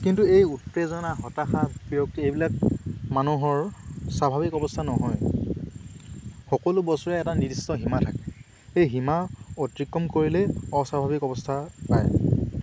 কিন্তু এই উত্তেজনা হতাশা বিৰক্তি এইবিলাক মানুহৰ স্বাভাৱিক অৱস্থা নহয় সকলো বস্তুৰে এটা নিৰ্দিষ্ট সীমা থাকে এই সীমা অতিক্ৰম কৰিলেই অস্বাভাৱিক অৱস্থা পায়